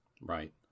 Right